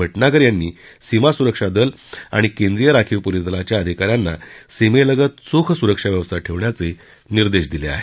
भटनागर यांनी सीमासुरक्षा दल आणि केंद्रीय राखीव पोलीसदलाच्या अधिकाऱ्यांना सीमेलगत चोख सुरक्षा व्यवस्था ठेवण्याचे निर्देश दिले आहेत